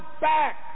back